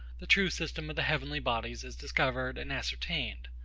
the true system of the heavenly bodies is discovered and ascertained.